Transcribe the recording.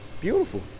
beautiful